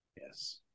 Yes